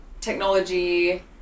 technology